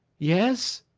yes?